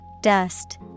Dust